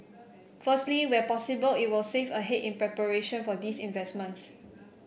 firstly where possible it will save ahead in preparation for these investments